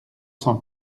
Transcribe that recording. cent